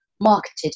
marketed